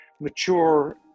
mature